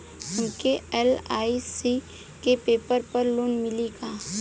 हमके एल.आई.सी के पेपर पर लोन मिली का?